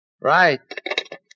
Right